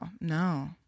No